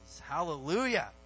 hallelujah